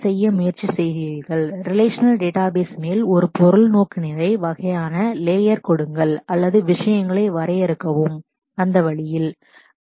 எனவே செய்ய முயற்சிகள் நடந்துள்ளன ரிலேஷநல் டேட்டாபேஸ் மேல் ஆப்ஜெக்ட் ஓரியண்டேஷன் வகையான லேயர் கொடுங்கள் அல்லது விஷயங்களை வரையறுக்கவும் அந்த வழி சரியானது